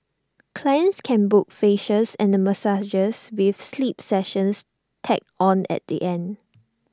clients can book facials and massages with sleep sessions tacked on at the end